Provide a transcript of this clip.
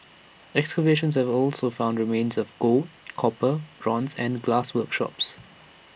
excavations have also found remains of gold copper bronze and glass workshops